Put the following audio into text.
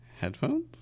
Headphones